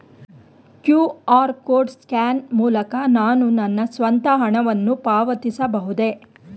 QR code scan ಮೂಲಕ ನಾನು ನನ್ನ ಸ್ವಂತ ಹಣವನ್ನು ಪಾವತಿಸಬಹುದೇ?